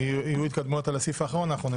24 בינואר 2022. הסעיף הראשון על